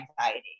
anxiety